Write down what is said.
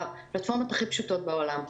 אלה הפלטפורמות הכי פשוטות בעולם.